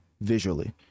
visually